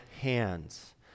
hands